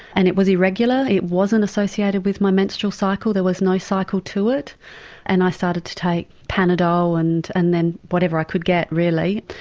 and it was irregular, it wasn't associated with my menstrual cycle, there was no cycle to it and i started to take panadol and and then whatever i could get really.